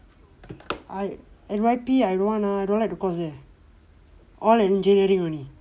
I N_Y_P I don't want lah I don't like the course there all engineering only